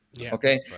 Okay